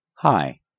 Hi